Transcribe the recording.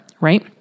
right